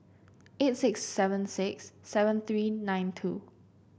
eight six seven six seven three nine two